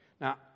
Now